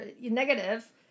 negative